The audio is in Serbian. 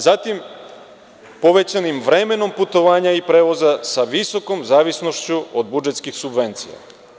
Zatim, povećanim vremenom putovanja i prevoza sa visokom zavisnošću od budžetskih subvencija.